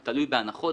הוא תלוי בהנחות,